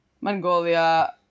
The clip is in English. Mongolia